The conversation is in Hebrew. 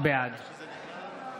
בעד